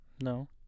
No